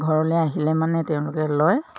ঘৰলৈ আহিলে মানে তেওঁলোকে লয়